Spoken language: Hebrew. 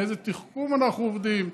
באיזה תחכום אנחנו עובדים.